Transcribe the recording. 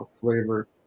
flavor